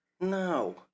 No